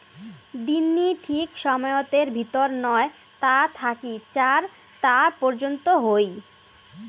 দিননি ঠিক সময়তের ভিতর নয় তা থাকি চার তা পর্যন্ত হই